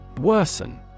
Worsen